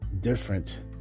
different